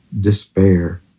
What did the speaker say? despair